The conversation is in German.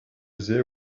sehr